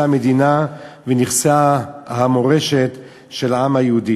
המדינה ונכסי המורשת של העם היהודי.